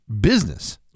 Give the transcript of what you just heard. business